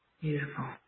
Beautiful